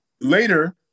later